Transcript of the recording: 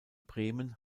bremen